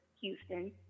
Houston